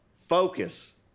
Focus